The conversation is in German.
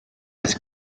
als